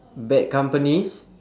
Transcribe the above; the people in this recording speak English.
bad companies